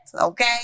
Okay